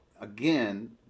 again